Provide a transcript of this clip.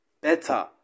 better